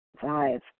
Five